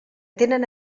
tenen